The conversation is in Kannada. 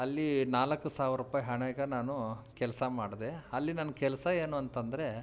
ಅಲ್ಲೀ ನಾಲ್ಕು ಸಾವಿರ ರುಪಾಯಿ ಹಣಕ್ಕೆ ನಾನೂ ಕೆಲಸ ಮಾಡಿದೆ ಅಲ್ಲಿ ನನ್ನ ಕೆಲಸ ಏನು ಅಂತಂದರೆ